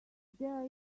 there